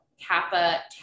Kappa